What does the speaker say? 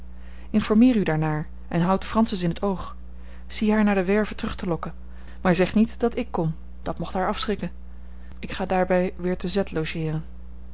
informeer u daarnaar en houdt francis in t oog zie haar naar de werve terug te lokken maar zeg niet dat ik kom dat mocht haar afschrikken ik ga daarbij weer te z logeeren